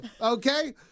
Okay